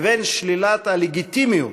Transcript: לבין שלילת הלגיטימיות,